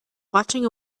watching